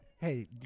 Hey